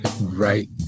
right